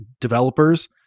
developers